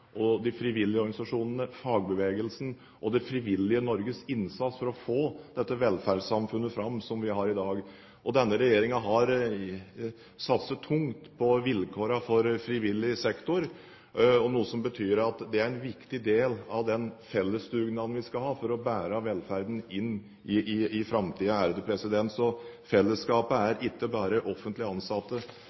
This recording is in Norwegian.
de frivillige organisasjonene, fagbevegelsen og det frivillige Norges innsats for å få dette velferdssamfunnet som vi har i dag, fram. Denne regjeringen har satset tungt på vilkårene for frivillig sektor, noe som er en viktig del av den fellesdugnaden vi skal ha for å bære velferden inn i framtiden. Fellesskapet er ikke bare offentlig ansatte. Det er